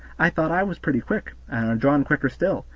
i thought i was pretty quick, and our john quicker still,